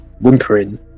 whimpering